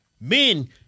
Men